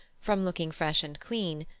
from looking fresh and clean,